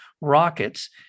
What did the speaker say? rockets